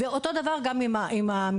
אותו דבר גם עם המחיר.